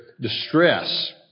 distress